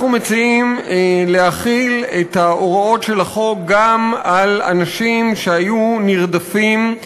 אנחנו מציעים להחיל את הוראות החוק גם על אנשים שהיו נרדפים,